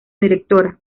directora